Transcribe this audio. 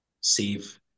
save